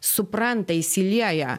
supranta įsilieja